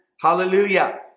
Hallelujah